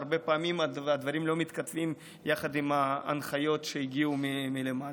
והרבה פעמים הדברים לא מתכתבים יחד עם ההנחיות שהגיעו מלמעלה.